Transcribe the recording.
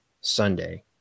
Sunday